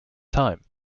time